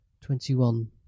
Twenty-one